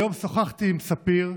היום שוחחתי עם ספיר,